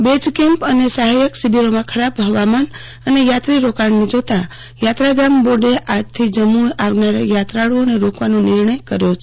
base camp અને સહાયક શિબિરોમાં ખરાબ હવામાન અને યાત્રી રોકાણને જોતા યાત્રાધામ બોર્ડે આજે જમ્મુથી આવનારા યાત્રાળુઓને રોકવાનો નિર્ણય કર્યો છે